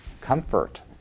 comfort